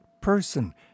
person